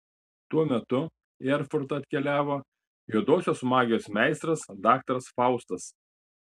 tuo metu į erfurtą atkeliavo juodosios magijos meistras daktaras faustas